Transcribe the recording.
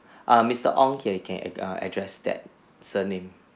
err mister ong here you can ad~ err address that surname